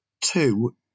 Two